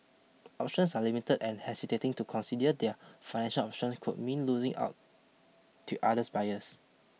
options are limited and hesitating to consider their financial options could mean losing out to others buyers